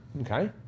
Okay